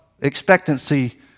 expectancy